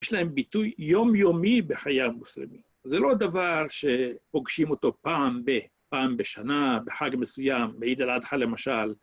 יש להם ביטוי יומיומי בחיי המוסלמים. זה לא הדבר שפוגשים אותו פעם בשנה, בחג מסוים, באיד-אל-אדחה למשל.